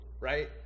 right